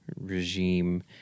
regime